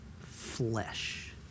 flesh